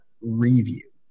review